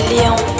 Lyon